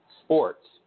Sports